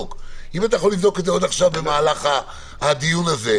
אם אתה יכול לבדוק את זה עוד במהלך הדיון שלנו,